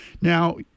Now